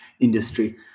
industry